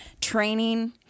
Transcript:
training